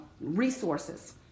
resources